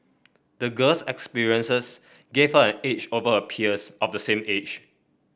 the girl's experiences gave her an edge over her peers of the same age